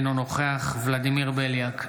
אינו נוכח ולדימיר בליאק,